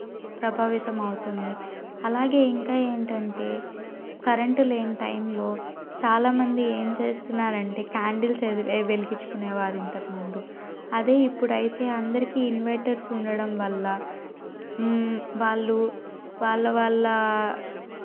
ప్రభావితమవుతుంది అలాగే ఇంకా ఏంటంటే కరెంటు లేని టైంలో చాలామంది ఏం చేస్తున్నారంటే క్యాండిల్స్ ఎదు వెలిగించుకునే వారు ఇంతకుముందు అదే ఇప్పుడైతే అందరికీ ఇన్వటర్స్ ఉండడం వల్ల వాళ్ళు వాళ్ళ వాళ్ళ